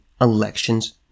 elections